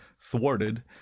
thwarted